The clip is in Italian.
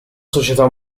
società